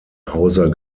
hauser